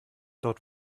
dort